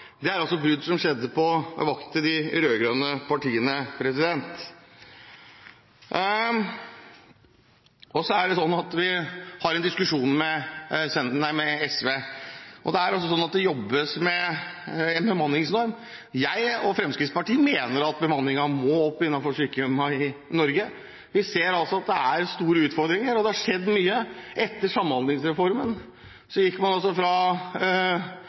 er brudd som skjedde på vakten til de rød-grønne partiene. Vi har en diskusjon med SV. Det er sånn at det jobbes med en bemanningsnorm. Jeg – og Fremskrittspartiet – mener at bemanningen på sykehjemmene i Norge må opp. Vi ser at det er store utfordringer, og det har skjedd mye. I forbindelse med samhandlingsreformen gikk man fra